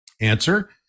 Answer